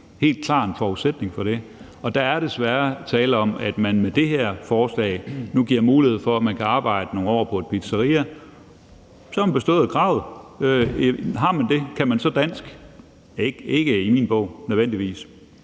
helt klart en forudsætning for det, og der er desværre tale om, at man med det her forslag nu giver mulighed for, at man kan arbejde nogle år på et pizzeria, og så har man bestået kravet. Har man gjort det, kan man så dansk? Ikke i min bog, nødvendigvis.